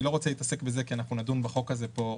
אני לא רוצה להתעסק בזה כי אנחנו נדון בחוק הזה פה.